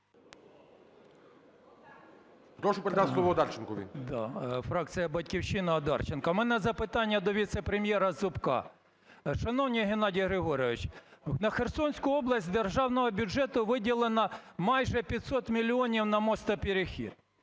Прошу передати слово Одарченкові. 10:34:11 ОДАРЧЕНКО Ю.В. Фракція "Батьківщина", Одарченко. У мене запитання до віце-прем'єра Зубка. Шановний Геннадій Григорович, на Херсонську область з державного бюджету виділено майже 500 мільйонів на мостоперехід.